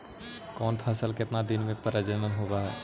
कौन फैसल के कितना दिन मे परजनन होब हय?